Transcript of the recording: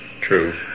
True